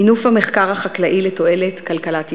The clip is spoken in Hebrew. מינוף המחקר החקלאי לתועלת כלכלת ישראל,